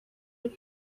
have